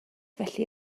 felly